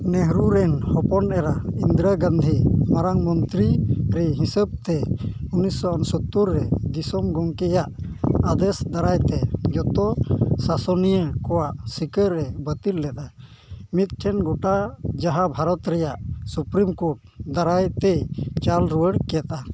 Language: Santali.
ᱱᱮᱦᱨᱩ ᱨᱮᱱ ᱦᱚᱯᱚᱱ ᱮᱨᱟ ᱤᱱᱫᱤᱨᱟᱜᱟᱱᱫᱷᱤ ᱢᱟᱨᱟᱝ ᱢᱚᱱᱛᱨᱤ ᱦᱤᱥᱟᱹᱵᱽᱛᱮ ᱩᱱᱤᱥᱥᱚ ᱩᱱᱩᱥᱳᱛᱛᱳᱨ ᱨᱮ ᱫᱤᱥᱚᱢ ᱜᱚᱢᱠᱮᱭᱟᱜ ᱟᱫᱮᱥ ᱫᱟᱨᱟᱭᱛᱮ ᱡᱷᱚᱛᱚ ᱥᱟᱥᱚᱱᱤᱭᱟᱹ ᱠᱚᱣᱟᱜ ᱥᱤᱠᱟᱹᱨ ᱮ ᱵᱟᱹᱛᱤᱞ ᱞᱮᱫᱟ ᱢᱤᱫᱴᱮᱱ ᱜᱚᱴᱟ ᱡᱟᱦᱟᱸ ᱵᱷᱟᱨᱚᱛ ᱨᱮᱱᱟᱜ ᱥᱩᱯᱨᱤᱢᱠᱳᱨᱴ ᱫᱟᱨᱟᱭᱛᱮ ᱪᱟᱞ ᱨᱩᱣᱟᱹᱲ ᱠᱮᱫᱟ